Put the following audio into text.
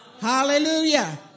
Hallelujah